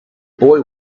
boy